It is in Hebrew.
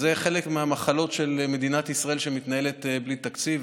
זה חלק מהמחלות של מדינת ישראל שמתנהלת בלי תקציב.